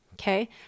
Okay